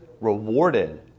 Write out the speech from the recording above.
rewarded